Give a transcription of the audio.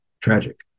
tragic